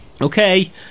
Okay